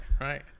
right